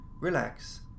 relax